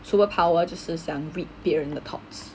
superpower 只是想 read 别人的 thoughts